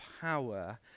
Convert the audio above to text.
power